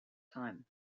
time